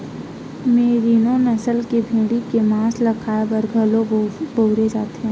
मेरिनों नसल के भेड़ी के मांस ल खाए बर घलो बउरे जाथे